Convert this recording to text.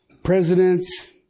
Presidents